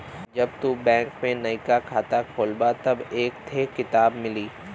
जब तू बैंक में नइका खाता खोलबा तब एक थे किताब मिली